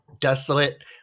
desolate